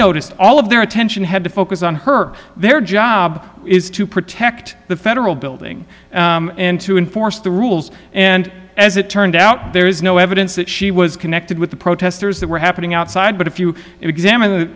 noticed all of their attention had to focus on her their job is to protect the federal building and to enforce the rules and as it turned out there is no evidence that she was connected with the protesters that were happening outside but if you examine the